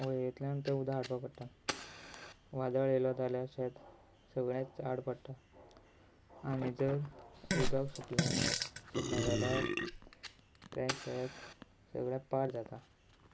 होळयेंतल्यान तें उदक हाडपाक पडटा वादळ येयलो जाल्यार शेत सगळेंच आड पडटा आनी जर उदक सुकलें सुकलें जाल्यार तें शेत सगळें पाड जाता